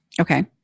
Okay